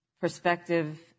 perspective